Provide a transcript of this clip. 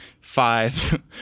Five